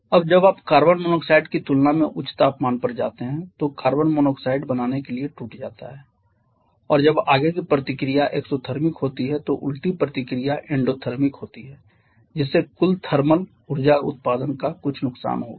अब जब आप कार्बन डाइऑक्साइड की तुलना में उच्च तापमान पर जाते हैं तो कार्बन मोनोऑक्साइड बनाने के लिए टूट जाता है और जब आगे की प्रतिक्रिया एक्सोथर्मिक होती है तो उल्टी प्रतिक्रिया एंडोथर्मिक होती है जिससे कुल थर्मल ऊर्जा उत्पादन का कुछ नुकसान होगा